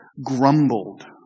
grumbled